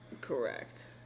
Correct